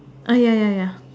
ah ya ya ya